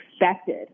Expected